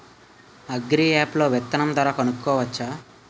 Agri app లో విత్తనం ధర కనుకోవచ్చా?